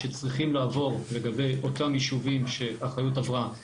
שצריכים לעבור לגבי אותם יישובים שהאחריות עברה,